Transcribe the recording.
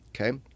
okay